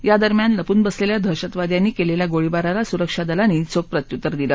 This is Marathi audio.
यादरम्यान लपून बसलेल्या दहशतवाद्यांनी केलेल्या गोळीबाराला सुरक्षा दलांनी चोख प्रत्युत्तर दिलं